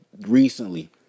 recently